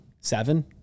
Seven